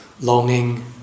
longing